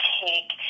take